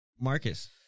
Marcus